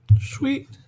Sweet